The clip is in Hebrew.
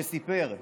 שסיפר: